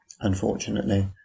unfortunately